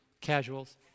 Casuals